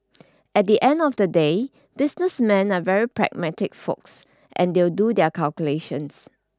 at the end of the day business men are very pragmatic folks and they'll do their calculations